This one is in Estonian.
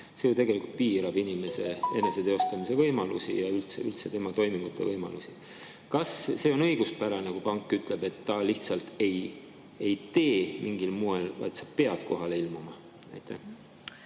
tegema, piirab inimese eneseteostamise võimalusi ja üldse tema toimingute võimalusi. Kas see on õiguspärane, kui pank ütleb, et ta lihtsalt ei tee mingil muul moel, et peab kohale ilmuma?